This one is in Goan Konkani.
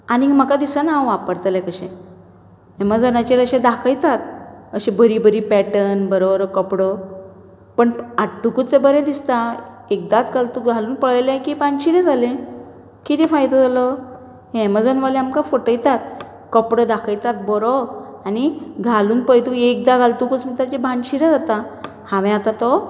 आनीक म्हाका दिसना हांव वापरतलें कशें एमेजोनाचेर अशें दाखयतात अशी बरी बरी पेटर्न बरो बरो कपडो पण हाडटकूच तें बरें दिसता पूण एकदांच घालून पयलें की भावशिरें जाेलें कितें फायदो जालो हे एमेजोन वाले आमकां फोटयतात कपडो दाखयतात बरो आनी घालून पयतकूच एकदां घालतकूच भानशीरें जाता हांवें आतां तो